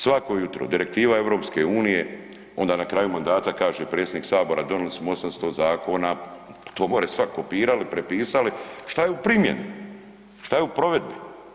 Svako jutro, direktiva EU, onda na kraju mandata kaže predsjednik Sabora, donijeli smo 800 zakona, to more svak, kopirali, prepisali, što je u primjeni, što je u provedbi?